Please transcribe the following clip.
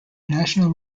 national